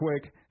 quick